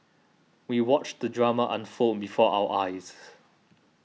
we watched the drama unfold before our eyes